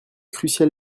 crucial